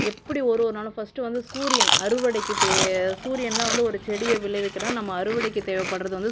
எப்படி ஒரு ஒரு நாளும் ஃபர்ஸ்ட்டு வந்து சூரியன் அறுவடைக்கு தே சூரியன்தான் வந்து ஒரு செடியை விளைவிக்கனா நம்ம அறுவடைக்கு தேவைபட்றது வந்து